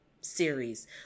series